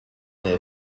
est